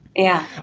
yeah.